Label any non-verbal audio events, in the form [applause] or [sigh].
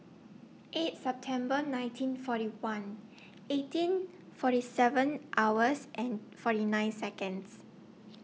eight September nineteen forty one eighteen forty seven hours and forty [noise] nine Seconds